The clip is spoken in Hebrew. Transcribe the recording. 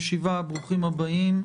ברוכים הבאים.